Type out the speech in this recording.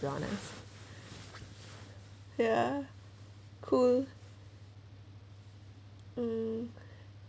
be honest ya cool um